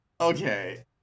okay